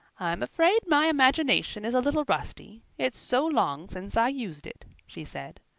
i'm afraid my imagination is a little rusty it's so long since i used it, she said.